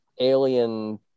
alien